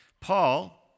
Paul